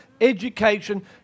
education